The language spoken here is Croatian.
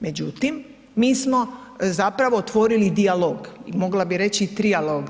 Međutim, mi smo zapravo otvorili dijalog i mogla bi reći trijalog.